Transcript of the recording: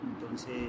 entonces